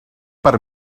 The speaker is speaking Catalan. per